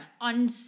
on